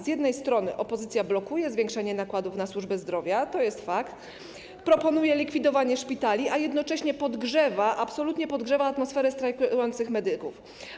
Z jednej strony opozycja blokuje zwiększenie nakładów na służbę zdrowia, to jest fakt, proponuje likwidowanie szpitali, a z drugiej strony absolutnie podgrzewa atmosferę wśród strajkujących medyków.